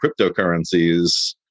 cryptocurrencies